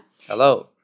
Hello